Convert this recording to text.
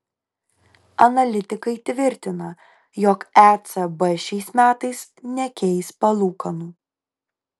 analitikai tvirtina jog ecb šiais metais nekeis palūkanų